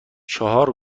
چهار